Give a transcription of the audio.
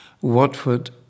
Watford